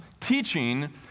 teaching